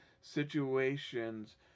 situations